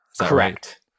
Correct